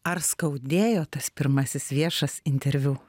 ar skaudėjo tas pirmasis viešas interviu